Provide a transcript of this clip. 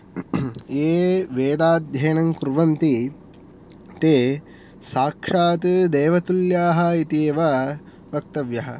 ये वेदाध्ययनं कुर्वन्ति ते साक्षात् देवतुल्याः इति एव वक्तव्यः